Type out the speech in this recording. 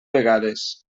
vegades